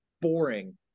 boring